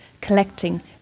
collecting